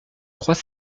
croix